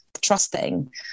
trusting